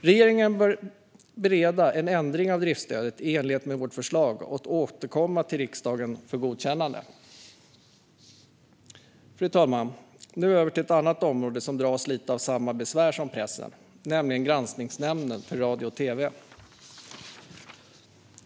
Regeringen bör bereda en ändring av driftsstödet i enlighet med vårt förslag och återkomma till riksdagen för godkännande. Fru talman! Nu över till ett annat område som dras med lite av samma besvär som pressen, nämligen Granskningsnämnden för radio och TV.